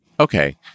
Okay